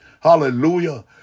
Hallelujah